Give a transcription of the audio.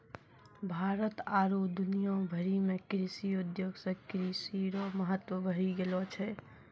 भारत आरु दुनिया भरि मे कृषि उद्योग से कृषि रो महत्व बढ़ी गेलो छै